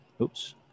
oops